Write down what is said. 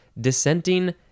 dissenting